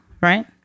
right